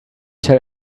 tell